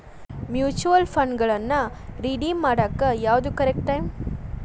mutual ಫಂಡ್ಗಳನ್ನ redeem ಮಾಡಾಕ ಯಾವ್ದು ಕರೆಕ್ಟ್ ಟೈಮ್